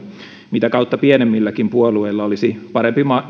sitä kautta pienemmilläkin puolueilla olisi